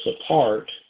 apart